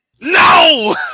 No